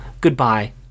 goodbye